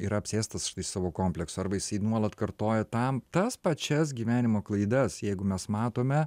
yra apsėstas savo kompleksų arba jisai nuolat kartoja tam tas pačias gyvenimo klaidas jeigu mes matome